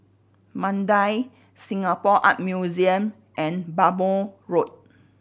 Mandai Singapore Art Museum and Bhamo Road